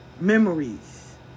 memories